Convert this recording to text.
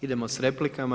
Idemo s replikama.